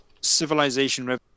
civilization